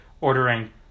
ordering